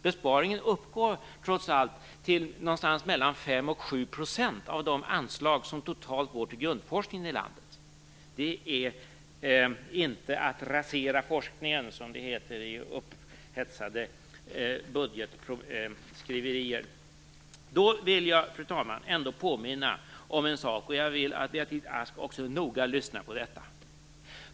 Besparingen uppgår trots allt endast till någonstans 5-7 % av de anslag som totalt går till grundforskningen i landet. Det är inte att rasera forskningen, som det heter i upphetsade budgetskriverier. Jag vill, fru talman, påminna om en sak, och jag vill att Beatrice Ask noga lyssnar.